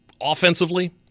Offensively